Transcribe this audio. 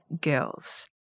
girls